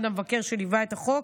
שליווה את החוק,